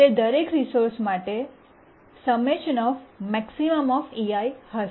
તે દરેક રિસોર્સ માટે max હશે